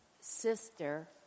sister